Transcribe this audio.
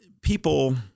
people